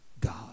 God